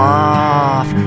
off